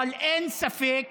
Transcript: אבל אין ספק